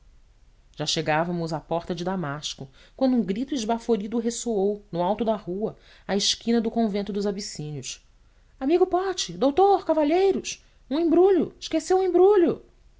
já chegávamos à porta de damasco quando um grito esbaforido ressoou no alto da rua à esquina do convento dos abissínios amigo pote doutor cavalheiros um embrulho esqueceu um embrulho